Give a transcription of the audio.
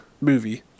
movie